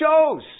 shows